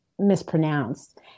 Mispronounced